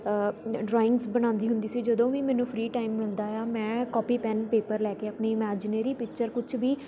drawings ਬਣਾਉਂਦੀ ਹੁੰਦੀ ਸੀ ਜਦੋਂ ਵੀ ਮੈਨੂੰ ਫ੍ਰੀ ਟਾਈਮ ਮਿਲਦਾ ਆ ਮੈਂ ਕੋਪੀ ਪੈੱਨ ਪੇਪਰ ਲੈ ਕੇ ਅਪਣੀ ਇਮੈਜਨੀਰੀ ਪਿਚਰ ਕੁਛ ਵੀ